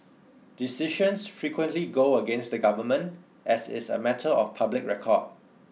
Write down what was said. decisions frequently go against the government as is a matter of public record